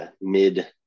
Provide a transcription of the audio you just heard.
mid